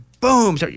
boom